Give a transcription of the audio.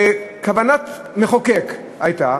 כוונת המחוקק הייתה,